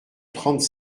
trente